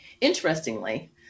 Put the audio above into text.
interestingly